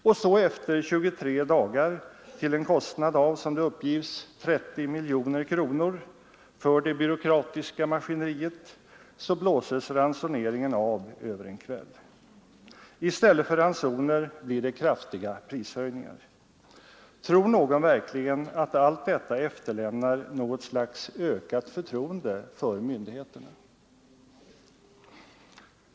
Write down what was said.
Och så, efter 23 dagar och till en kostnad av som det uppges 30 miljoner kronor för det byråkratiska maskineriet, blåses ransoneringen av över en kväll. I stället för ransonering blir det kraftiga prishöjningar. Tror någon verkligen att allt detta efterlämnar något slags ökat förtroende för myndigheterna?